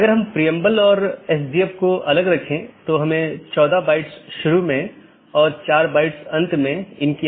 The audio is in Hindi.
अगर हम BGP घटकों को देखते हैं तो हम देखते हैं कि क्या यह ऑटॉनमस सिस्टम AS1 AS2 इत्यादि हैं